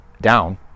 down